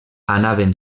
anaven